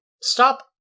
stop